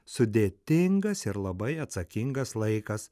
sudėtingas ir labai atsakingas laikas